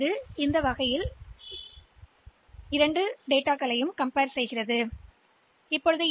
எனவே அந்த வழியில் நாம் மீண்டும் அந்த நிலைக்குச் செல்வோம் இல்லையெனில்